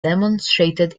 demonstrated